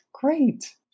great